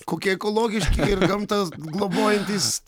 kokie ekologiški ir gamtą globojantys